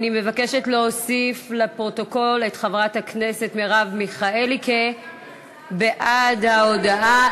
אני מבקשת להוסיף לפרוטוקול את חברת הכנסת מרב מיכאלי בעד ההודעה.